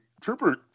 Trooper